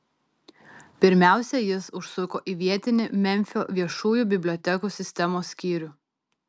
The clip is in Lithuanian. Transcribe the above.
pirmiausia jis užsuko į vietinį memfio viešųjų bibliotekų sistemos skyrių